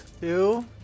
Two